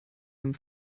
dem